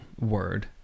word